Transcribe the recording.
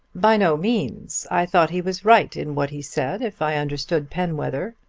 by no means. i thought he was right in what he said, if i understood penwether.